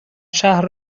شهر